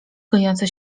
gojące